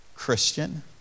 Christian